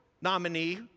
nominee